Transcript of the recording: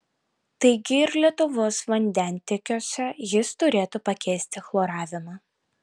taigi ir lietuvos vandentiekiuose jis turėtų pakeisti chloravimą